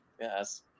Yes